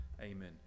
Amen